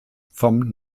vom